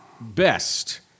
best